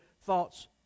thoughts